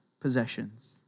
possessions